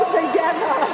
together